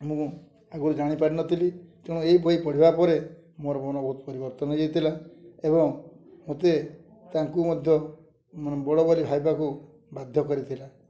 ମୁଁ ଆଗରୁ ଜାଣିପାରିନଥିଲି ତେଣୁ ଏହି ବହି ପଢ଼ିବା ପରେ ମୋର ମନ ବହୁତ ପରିବର୍ତ୍ତନ ହେଇଯାଇଥିଲା ଏବଂ ମୋତେ ତାଙ୍କୁ ମଧ୍ୟ ବଡ଼ ବୋଲି ଭାବିବାକୁ ବାଧ୍ୟ କରିଥିଲା